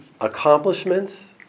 accomplishments